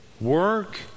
work